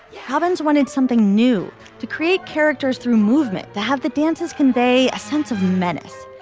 havens wanted something new to create characters through movement to have the dancers convey a sense of menace.